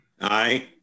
Aye